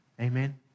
Amen